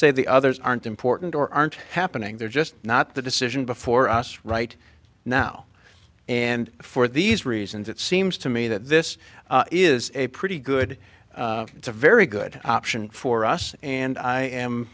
say the others aren't important or aren't happening they're just not the decision before us right now and for these reasons it seems to me that this is a pretty good it's a very good option for us and i am